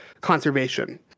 conservation